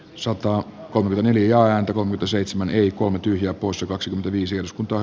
sotaa kun veneilijää onko seitsemän eli kolme tyhjää poissa kaksikymmentäviisi uskontoa